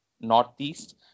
Northeast